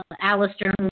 Alistair